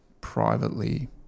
privately